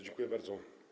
Dziękuję bardzo.